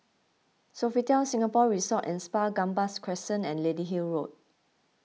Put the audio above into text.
Sofitel Singapore Resort and Spa Gambas Crescent and Lady Hill Road